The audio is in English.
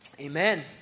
amen